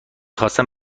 خواستم